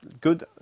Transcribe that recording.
Good